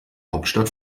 hauptstadt